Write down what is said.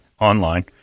online